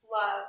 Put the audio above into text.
love